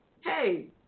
hey